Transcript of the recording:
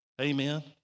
Amen